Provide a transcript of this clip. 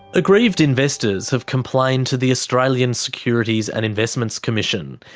aggrieved investors have complained to the australian securities and investments commission.